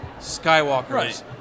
Skywalkers